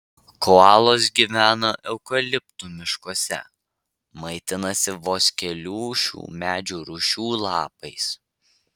koalos gyvena eukaliptų miškuose maitinasi vos kelių šių medžių rūšių lapais